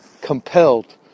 compelled